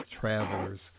travelers